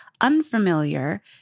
unfamiliar